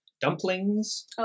dumplings